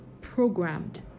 programmed